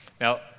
Now